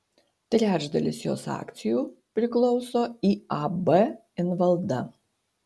trečdalis jos akcijų priklauso iab invalda